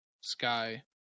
Sky